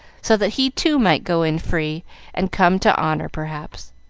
so that he too might go in free and come to honor, perhaps.